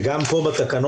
וגם פה בתקנות.